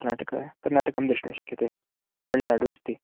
कर्नाटक कर्नाटकं द्रष्टुं शक्यते तमिल्नाडु अस्ति